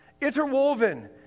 interwoven